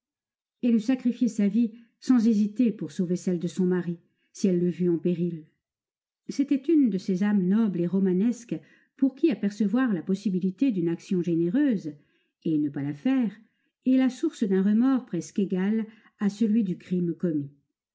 elle eût sacrifié sa vie sans hésiter pour sauver celle de son mari si elle l'eût vu en péril c'était une de ces âmes nobles et romanesques pour qui apercevoir la possibilité d'une action généreuse et ne pas la faire est la source d'un remords presque égal à celui du crime commis